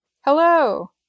Hello